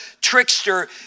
trickster